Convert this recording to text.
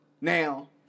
Now